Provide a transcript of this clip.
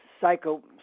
psycho